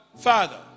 father